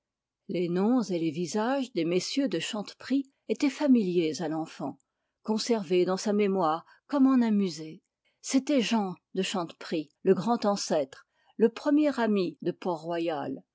les noms et les visages des mm de chanteprie étaient familiers à l'enfant conservés dans sa mémoire comme dans un musée c'étaient jean de chanteprie le grand ancêtre le premier ami de